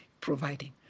Providing